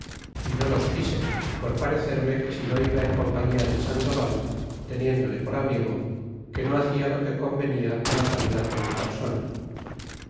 y no los quise por parecerme que si no iba en compañia del sandoval teniéndole por amigo que no hacia lo que convenía la calidad de mi persona